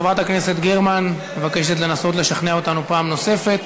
חברת הכנסת גרמן מבקשת לנסות לשכנע אותנו פעם נוספת.